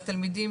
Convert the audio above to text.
והתלמידים,